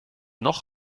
noch